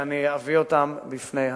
אני אביא אותן בפני הציבור,